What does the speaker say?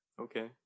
Okay